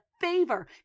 favor